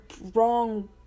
wrong